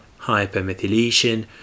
hypermethylation